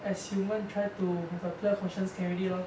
as human try to have a pure conscience can already lor